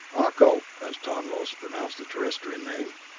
ah-co, as tonlos pronounced the terrestrian name,